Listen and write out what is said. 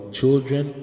children